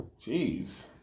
Jeez